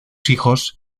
hijos